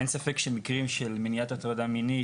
אין ספק שבמקרים של מניעת הטרדה מינית,